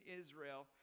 Israel